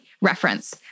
Reference